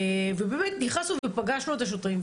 ובאמת נכנסנו ופגשנו את השוטרים.